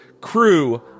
crew